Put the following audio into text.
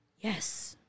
Yes